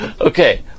Okay